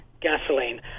gasoline